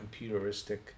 computeristic